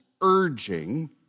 urging